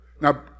Now